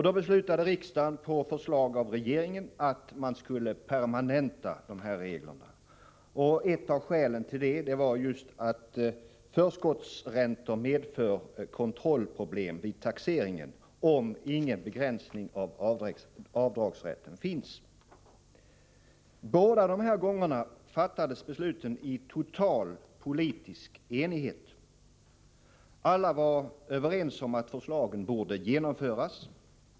Då beslutade riksdagen, på förslag av regeringen, att man skulle permanenta dessa regler. Ett av skälen till det var just att förskottsräntor medför kontrollproblem i taxeringen, om ingen begränsning av avdragsrätten finns. Båda gångerna fattades besluten i total politisk enighet. Alla var överens om att förslagen borde genomföras.